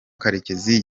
karekezi